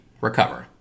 recover